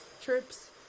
Trips